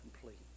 complete